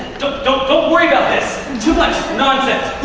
don't don't but worry about this. too much. nonsense.